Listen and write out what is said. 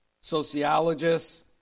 sociologists